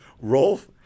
Rolf